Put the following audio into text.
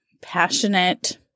passionate